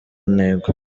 ntego